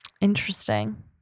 Interesting